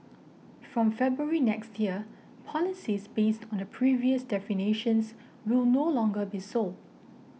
from February next year policies based on the previous definitions will no longer be sold